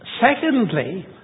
Secondly